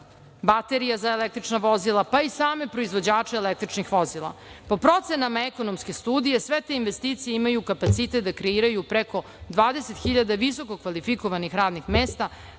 baterija za električna vozila, pa i sam proizvođače električnih vozila. Po procenama ekonomske studije sve te investicije imaju kapacitet da kreiraju preko 20 hiljada visoko kvalifikovanih radnih mesta,